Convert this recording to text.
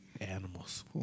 Animals